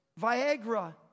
Viagra